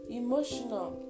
emotional